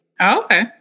Okay